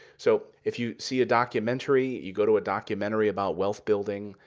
so if you see a documentary, you go to a documentary about wealth building,